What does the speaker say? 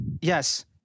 yes